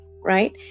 right